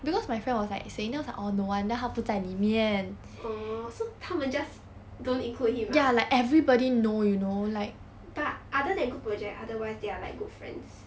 oh so 他们 just don't include him ah but other than group project otherwise they are like good friends